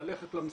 ללכת למסיבות,